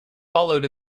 followed